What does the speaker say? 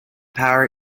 power